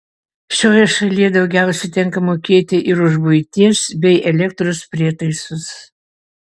šioje šalyje daugiausiai tenka mokėti ir už buities bei elektros prietaisus